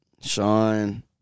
Sean